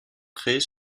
créés